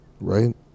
Right